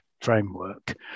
framework